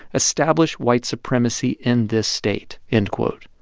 establish white supremacy in this state, end quote.